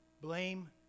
blame